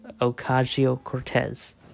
Ocasio-Cortez